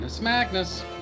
Magnus